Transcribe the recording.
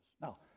Now